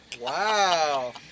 Wow